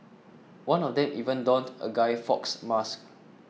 one of them even donned a Guy Fawkes mask